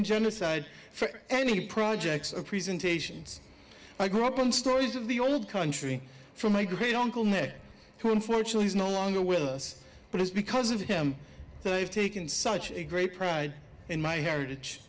armenian genocide for any projects of presentations i grew up on stories of the old country from my great uncle nick who unfortunately is no longer with us but it's because of him that i've taken such a great pride in my heritage